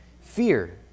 Fear